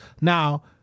Now